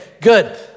good